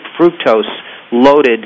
fructose-loaded